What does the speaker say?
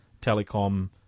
Telecom